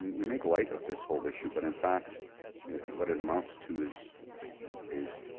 we make light of this whole issue but in fact when it amounts to is is